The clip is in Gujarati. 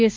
એસ